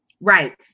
Right